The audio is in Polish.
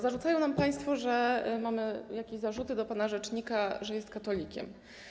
Zarzucają nam państwo, że mamy jakieś zarzuty wobec pana rzecznika, że jest katolikiem.